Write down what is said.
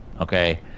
okay